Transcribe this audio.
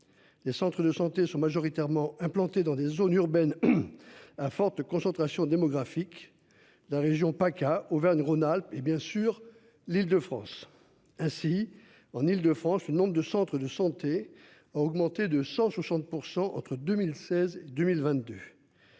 Les centres de santé sont majoritairement implantés dans des zones urbaines. À forte concentration démographique de la région PACA Auvergne Rhône-Alpes et bien sûr l'Île-de-France. Ainsi, en Île-de-France, le nombre de centres de santé a augmenté de 160% entre 2016 2022.